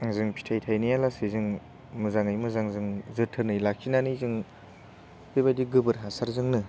ओजों फिथाइ थाइनाया लासै जों मोजाङै मोजां जों जोथोनै लाखिनानै जों बेबायदि गोबोर हासारजोंनो